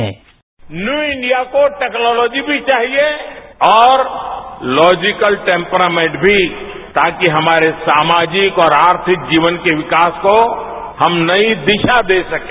bite PM new India को technology भी चाहिए और लॉजिकल टेम्प्रामेंट भी ताकि हमारे सामाजिक और आर्थिक जीवन के विकास को हम नई दिशा दे सकें